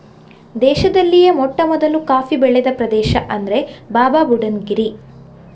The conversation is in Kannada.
ದೇಶದಲ್ಲಿಯೇ ಮೊಟ್ಟಮೊದಲು ಕಾಫಿ ಬೆಳೆದ ಪ್ರದೇಶ ಅಂದ್ರೆ ಬಾಬಾಬುಡನ್ ಗಿರಿ